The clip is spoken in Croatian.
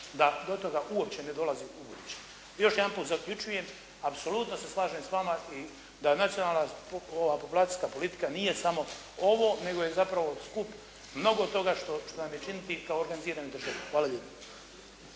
da do toga uopće ne dolazi u buduće. Još jedan puta zaključujem. Apsolutno se slažem sa vama i da nacionalna populacijska politika nije samo ovo, nego je zapravo skup mnogo toga što nam je činiti kao organiziranoj državi. Hvala lijepo.